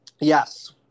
Yes